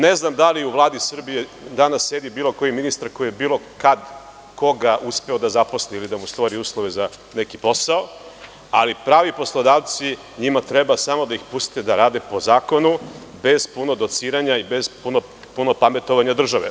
Ne znam da li u Vladi Srbije sedi bilo koji ministar koji je bilo kad koga uspeo da zaposli ili da mu stvori uslove za posao, ali prave poslodavce treba pustiti da rade po zakonu bez puno dociranja i bez puno pametovanja države.